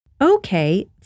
Okay